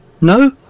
No